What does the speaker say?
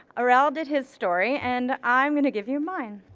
arel did his story, and i'm gonna give you mine.